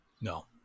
No